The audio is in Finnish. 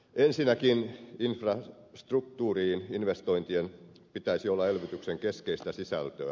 ensinnäkin infrastruktuuriin investointien pitäisi olla elvytyksen keskeistä sisältöä